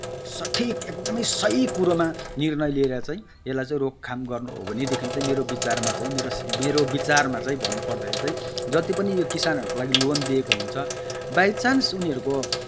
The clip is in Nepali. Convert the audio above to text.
सठिक एकदमै सही कुरोमा निर्णय लिएर चाहिँ यसलाई चाहिँ रोकथाम गर्नु हो भनेदेखि चाहिँ मेरो विचारमा चाहिँ मेरो विचारमा चाहिँ भन्नुपर्दाखेरि चाहिँ जत्ति पनि यो किसानहरूको लागि लोन दिएको हुन्छ बाइचान्स उनीहरूको